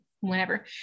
whenever